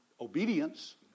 obedience